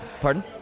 Pardon